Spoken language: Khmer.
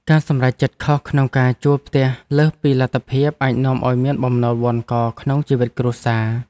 ការសម្រេចចិត្តខុសក្នុងការជួលផ្ទះលើសពីលទ្ធភាពអាចនាំឱ្យមានបំណុលវណ្ឌកក្នុងជីវិតគ្រួសារ។